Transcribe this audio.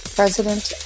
president